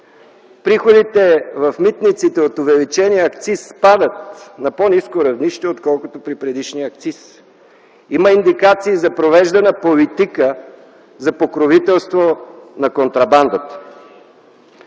Приходите в „Митниците” от увеличения акциз спадат на по-ниско равнище, отколкото при предишния акциз. Има индикации за провеждана политика за покровителство на контрабандата.